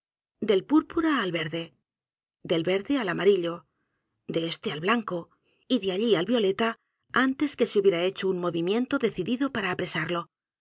r a al verde del verde al amarillo de éste al blanco y de allí al violeta antes que se hubiera hecho u n movimiento decidido para apresarlo